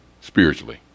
spiritually